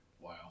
Wow